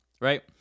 right